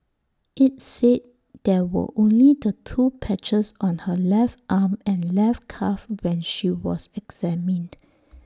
IT said there were only the two patches on her left arm and left calf when she was examined